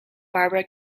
barbara